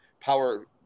power